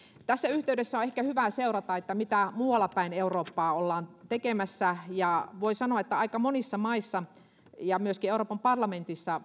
tässä yhteydessä on ehkä hyvä seurata mitä muualla päin eurooppaa ollaan tekemässä ja voi sanoa että vaikka aika monissa maissa ja myöskin euroopan parlamentissa